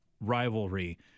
rivalry